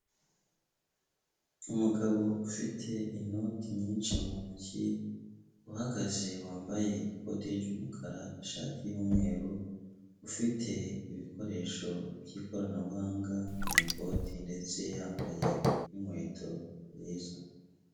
Umugabo ufite inoti nyinshi mu ntoki, uhagaze wambaye ikote ry'umukara, ishati y'umweru, ufite ibikoresho by'ikoranabuhanga mu ikoti ndetse yambaye n'inkweto nziza.